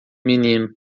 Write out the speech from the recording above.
menino